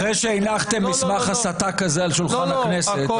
אחרי שהנחתם מסמך הסתה כזה על שולחן הכנסת.